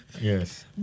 Yes